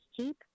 cheap